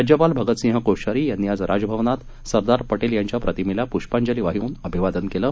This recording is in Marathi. राज्यपाल भगतसिंह कोश्यारी यांनी आज राजभवनात सरदार पटेल यांच्या प्रतिमेला पुष्पांजली वाहून अभिवादन केलं